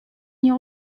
nie